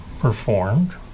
performed